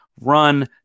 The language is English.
run